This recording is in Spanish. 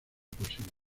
posible